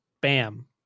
Bam